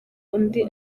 undi